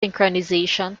synchronization